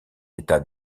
état